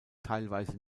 teilweise